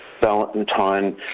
Valentine